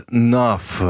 enough